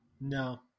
No